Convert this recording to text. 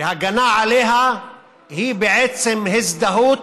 והגנה עליה היא בעצם הזדהות,